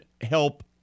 help